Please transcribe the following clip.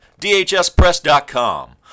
dhspress.com